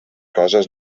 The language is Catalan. coses